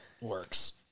works